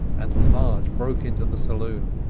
and le farge broke into the saloon.